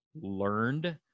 learned